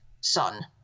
son